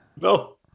no